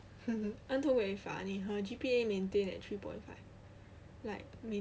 en tong very funny her G_P_A maintain at three point five like me